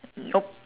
nope